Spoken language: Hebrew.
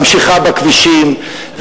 ממשיכה בכבישים.